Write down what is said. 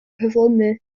cyflymu